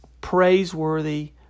praiseworthy